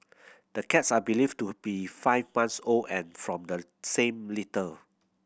the cats are believed to be five months old and from the same litter